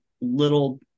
little